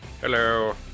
Hello